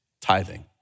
tithing